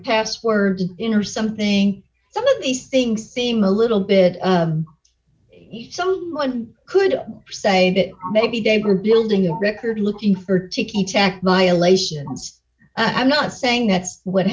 password in or something some of these things seem a little bit someone could say that maybe they were building a record looking for ticky tack violations i'm not saying that's what